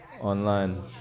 online